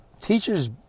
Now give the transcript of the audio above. teachers